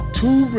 two